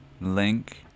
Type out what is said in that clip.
Link